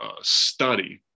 study